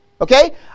Okay